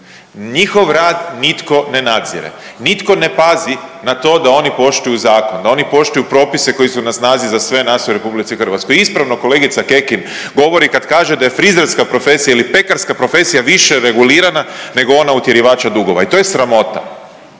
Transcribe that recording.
Njihov rad nitko ne nadzire, nitko ne pazi na to da oni poštuju zakon, da oni poštuju propise koji su na snazi za sve nas u Republici Hrvatskoj. Ispravno kolegica Kekin govori kad kaže da je frizerska profesija ili pekarska profesija više regulirana nego ona utjerivača dugova. I to je sramota